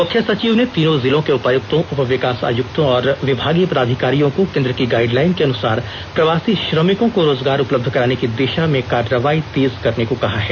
मुख्य सचिव ने तीनों जिलों के उपायुक्तों उप विकास आयुक्तों और विभागीय पदाधिकारियों को केंद्र की गाइडलाइन के अनुसार प्रवासी श्रमिकों को रोजगार उपलब्ध कराने की दिषा में कार्रवाई तेज करने को कहा है